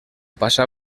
passà